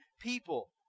people